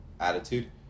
attitude